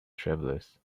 travelers